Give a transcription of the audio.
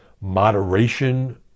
moderation